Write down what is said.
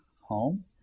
home